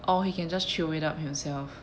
or he can just chew it up himself